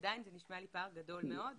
עדיין זה נשמע לי פער גדול מאוד.